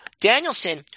Danielson